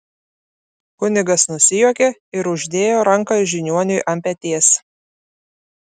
kunigas nusijuokė ir uždėjo ranką žiniuoniui ant peties